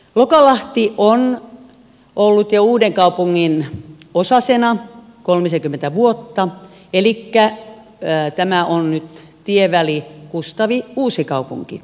lokalahti on ollut uudenkaupungin osasena jo kolmisenkymmentä vuotta elikkä tämä on nyt tieväli kustaviuusikaupunki